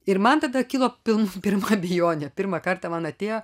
ir man tada kilo pilna pirma abejonė pirmą kartą man atėjo